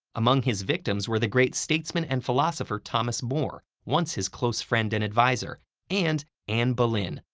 among his victims were the great statesman and philosopher thomas more once his close friend and advisor and anne boleyn,